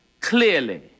clearly